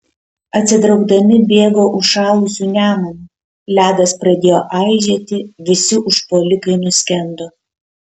atsitraukdami bėgo užšalusiu nemunu ledas pradėjo aižėti visi užpuolikai nuskendo